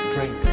Drink